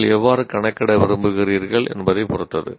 நீங்கள் எவ்வாறு கணக்கிட விரும்புகிறீர்கள் என்பதைப் பொறுத்தது